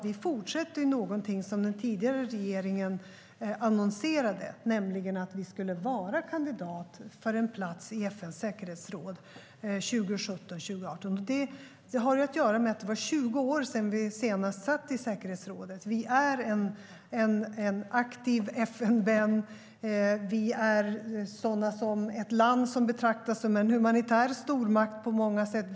Vi fortsätter något som den tidigare regeringen annonserade, nämligen att vi skulle vara kandidat till en plats i FN:s säkerhetsråd 2017-2018. Det har att göra med att det var 20 år sedan vi senast satt i säkerhetsrådet. Vi är en aktiv FN-vän. Vi är ett land som betraktas som en humanitär stormakt på många sätt.